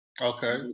Okay